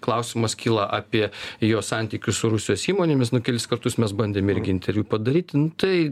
klausimas kyla apie jo santykius su rusijos įmonėmis nu kelis kartus mes bandėm irgi interviu padaryti nu tai